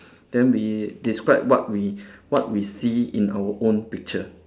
then we describe what we what we see in our own picture